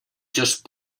just